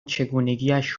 چگونگیاش